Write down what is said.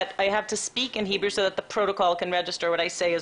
אבל אני חייבת לדבר בעברית כדי שהפרוטוקול יוכל לרשום את דבריי.